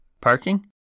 Parking